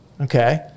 Okay